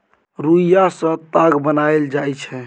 रुइया सँ ताग बनाएल जाइ छै